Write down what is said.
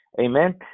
Amen